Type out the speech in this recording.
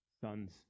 sons